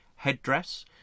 headdress